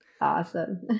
Awesome